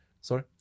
Sorry